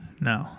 no